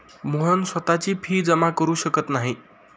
मोहन स्वतःची फी जमा करु शकत नाही